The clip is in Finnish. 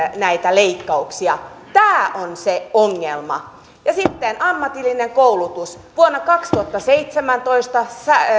näitä leikkauksia tämä on se ongelma ja sitten ammatillinen koulutus vuonna kaksituhattaseitsemäntoista